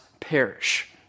perish